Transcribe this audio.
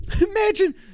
Imagine